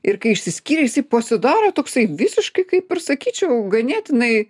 ir kai išsiskyrė jisai pasidarė toksai visiškai kaip ir aš sakyčiau ganėtinai